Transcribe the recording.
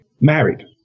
married